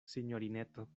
sinjorineto